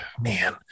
man